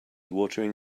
watering